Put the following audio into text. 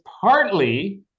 partly